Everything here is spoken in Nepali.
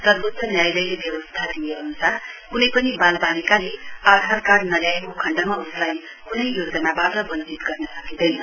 सर्वोच्च न्यायालयले व्यवस्था दिए अनुसार क्नै पनि वालबालिकाले आधार कार्ड नल्याएको खण्डमा उसलाई क्नै योजनाबाट वञ्चित गर्न सकिँदैन